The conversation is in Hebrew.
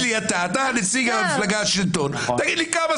האנשים שלה חוטפים בקפלן והם ישנים 6,7 שעות.